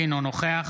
אינו נוכח